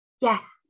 Yes